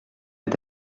est